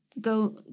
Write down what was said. Go